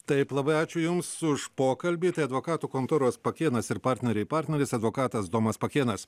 taip labai ačiū jums už pokalbį tai advokatų kontoros pakėnas ir partneriai partneris advokatas domas pakėnas